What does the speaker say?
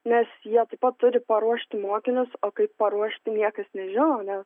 nes jie taip pat turi paruošti mokinius o kaip paruošti niekas nežino nes